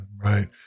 right